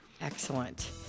Excellent